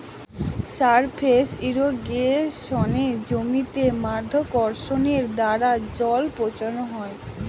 surface ইর্রিগেশনে জমিতে মাধ্যাকর্ষণের দ্বারা জল পৌঁছানো হয়